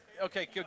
Okay